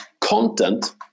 content